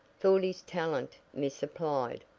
thought his talent misapplied.